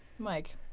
Mike